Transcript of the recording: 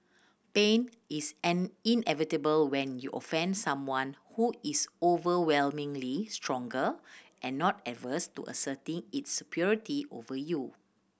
pain is an inevitable when you offend someone who is overwhelmingly stronger and not averse to asserting its superiority over you